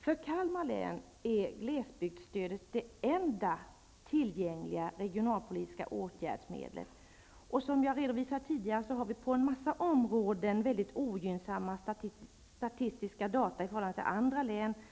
För Kalmar län är glesbygdsstödet den enda tillgängliga regionalpolitiska åtgärden. Som jag redovisat tidigare har vi på en mängd områden mycket ogynnsamma statistiska data i förhållande till andra län.